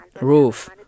roof